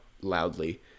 loudly